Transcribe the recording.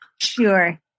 Sure